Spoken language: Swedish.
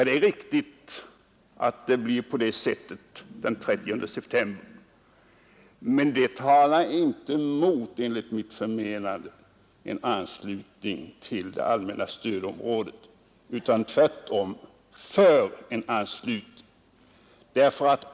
Det är riktigt att det blir på det sättet den 30 september, men det talar enligt mitt förmenande inte emot en anslutning till det allmänna stödområdet utan tvärtom för en anslutning.